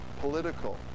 political